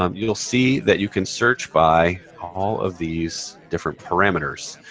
um you'll see that you can search by all of these different parameters.